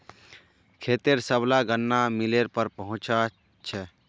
खेतेर सबला गन्ना मिलेर पर पहुंचना छ